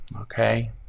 Okay